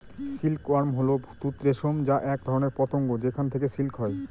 silk worm হল তুঁত রেশম যা এক ধরনের পতঙ্গ যেখান থেকে সিল্ক হয়